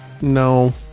No